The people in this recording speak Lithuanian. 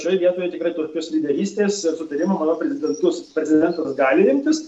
šioj vietoj tikrai tokios lyderystės sutarimo manau prezidentus prezidentas gali imtis